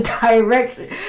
direction